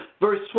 verse